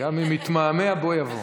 גם אם יתמהמה בוא יבוא.